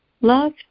Love